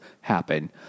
happen